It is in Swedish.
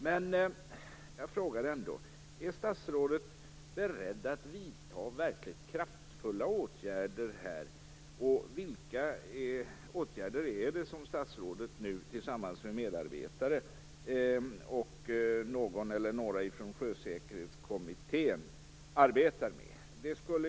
Men jag vill ändå fråga: Är statsrådet beredd att vidta verkligt kraftfulla åtgärder i det här fallet? Och vilka åtgärder arbetar statsrådet med tillsammans med medarbetare och någon eller några från Sjösäkerhetskommittén?